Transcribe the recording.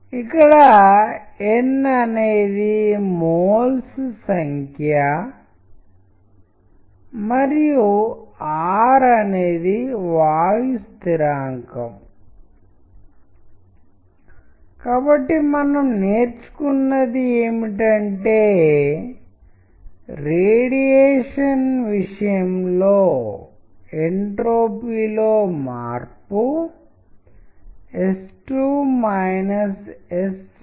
ఇప్పుడు నేను ప్రస్తుతం మీతో పంచుకున్న ఈ ప్రత్యేక క్లిప్ని మీరు చూస్తున్నట్లయితే ఇది చాలా శక్తివంతమైన ప్రభావాన్ని చూపుతుందని మరియు ఫ్లెక్స్తో ప్రారంభించేందుకు వివిధ రకాల యానిమేషన్ల సాఫ్ట్వేర్ లతో వీటిని రూపొందించవచ్చని నేను ఆశిస్తున్నాను ఆన్లైన్లో అనేక ఇతర సాఫ్ట్వేర్లు అందుబాటులో ఉన్నాయి మరియు వీటిని రూపొందించి దీన్ని మీ ప్రెజెంటేషన్లో చుపవచ్చు దానిని డైనమిక్గా మార్చడానికి నిర్దిష్ట ప్రదేశాలలో ఉంచవచ్చు